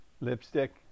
Lipstick